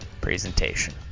Presentation